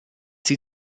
sie